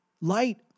Light